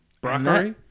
Broccoli